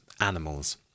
animals